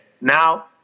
Now